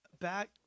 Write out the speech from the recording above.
back